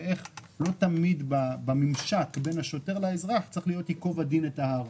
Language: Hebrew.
ואיך לא תמיד בממשק בין השוטר לאזרח צריך להיות ייקוב הדין את ההר.